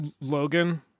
Logan